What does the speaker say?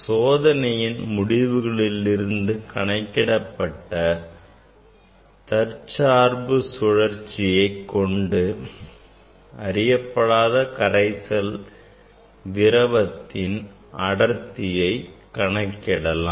சோதனையின் முடிவுகளிலிருந்து கணக்கிடப்பட்ட தற்சார்பு சுழற்சியை கொண்டு அறியப்படாத கரைசல் திரவத்தின் அடர்த்தியை கணக்கிடலாம்